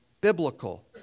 biblical